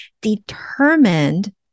determined